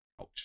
Ouch